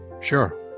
Sure